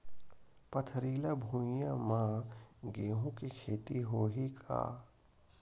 पथरिला भुइयां म गेहूं के खेती होही का?